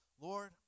Lord